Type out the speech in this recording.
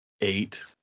eight